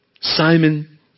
Simon